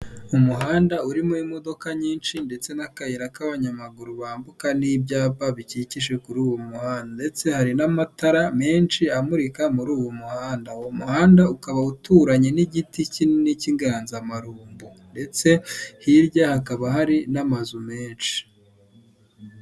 Umuhanda urimo imodoka nyinshi ndetse n'akayira k'abanyamaguru bambuka n'ibyapa bikikije kuri uwo muhanda ndetse hari n'amatara menshi amurika muri uwo muhanda uwo muhanda ukaba uturanye n'igiti kinini cy'inganzamarumbu ndetse hirya hakaba hari n'amazu menshi.